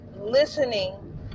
listening